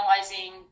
analyzing